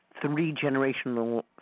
three-generational